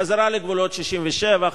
לחזרה לגבולות 67',